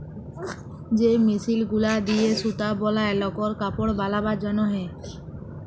যে মেশিল গুলা দিয়ে সুতা বলায় লকর কাপড় বালাবার জনহে